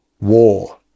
war